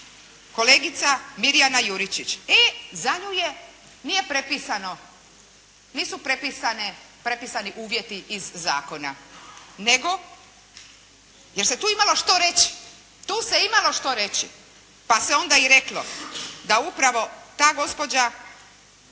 je, nije prepisano, nisu prepisani uvjeti iz zakona. Nego, jer se tu imalo što reći, tu se imalo što reći, pa se onda i reklo da upravo ta gospođa,